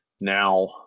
Now